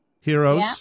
Heroes